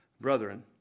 brethren